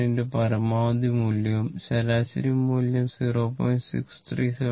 707 പരമാവധി മൂല്യവും ശരാശരി മൂല്യം 0